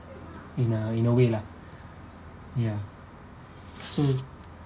in a in a way lah ya so